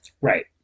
Right